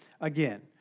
again